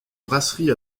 brasserie